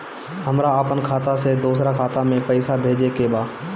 हमरा आपन खाता से दोसरा खाता में पइसा भेजे के बा